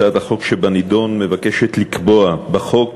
הצעת החוק שבנדון מבקשת לקבוע בחוק